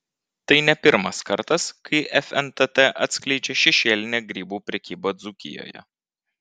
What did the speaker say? tai ne pirmas kartas kai fntt atskleidžia šešėlinę grybų prekybą dzūkijoje